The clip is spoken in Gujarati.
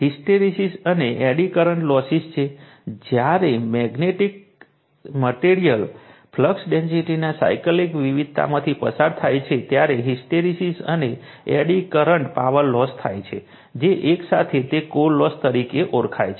તેથી હિસ્ટેરેસિસ અને એડી કરન્ટ લોસિસ છે જ્યારે મેગ્નેટિક મટેરીઅલ ફ્લક્સ ડેન્સિટીના સાઇકલિક વિવિધતામાંથી પસાર થાય છે ત્યારે હિસ્ટેરેસિસ અને એડી કરન્ટ પાવર લોસ થાય છે જે એકસાથે તે કોર લોસ તરીકે ઓળખાય છે